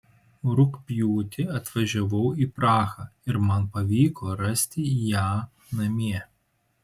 rugpjūtį atvažiavau į prahą ir man pavyko rasti ją namie